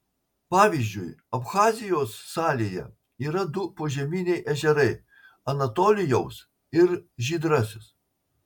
pavyzdžiui abchazijos salėje yra du požeminiai ežerai anatolijaus ir žydrasis